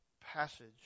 passage